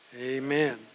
Amen